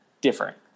different